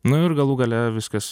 nu ir galų gale viskas